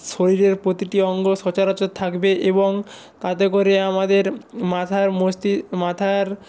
শরীরের প্রতিটি অঙ্গ সচরাচর থাকবে এবং তাতে করে আমাদের মাথার মাথার